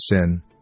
sin